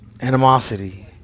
animosity